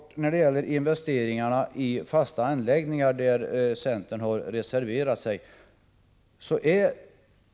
När det gäller investeringarna i fasta anläggningar har centern reserverat sig.